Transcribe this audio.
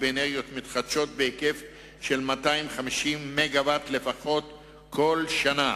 באנרגיות מתחדשות בהיקף 250 מגוואט לפחות בכל שנה.